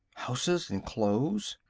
houses and clothes?